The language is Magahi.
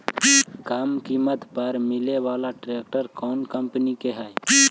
कम किमत पर मिले बाला ट्रैक्टर कौन कंपनी के है?